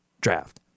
draft